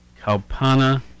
Kalpana